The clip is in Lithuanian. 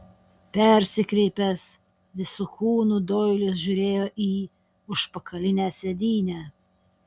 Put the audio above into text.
persikreipęs visu kūnu doilis žiūrėjo į užpakalinę sėdynę